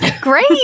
Great